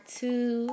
two